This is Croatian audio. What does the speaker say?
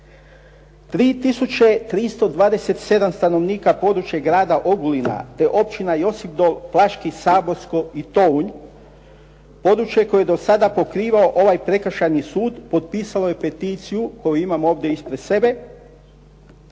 327 stanovnika područja grada Ogulina te općina Josipdol, Plaški, Saborsko i Tounj područje je koje je dosada pokrivao ovaj prekršajni sud, potpisalo je peticiju koju imam ovdje ispred sebe